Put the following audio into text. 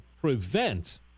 prevent